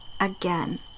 again